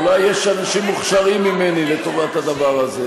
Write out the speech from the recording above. אולי יש אנשים מוכשרים ממני לטובת הדבר הזה,